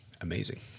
amazing